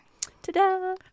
Ta-da